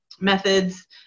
methods